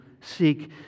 seek